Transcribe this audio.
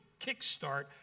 kickstart